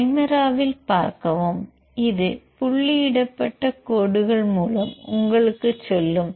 கைமெரா வில் பார்க்கவும் இது புள்ளியிடப்பட்ட கோடுகள் மூலம் உங்களுக்குச் சொல்லும்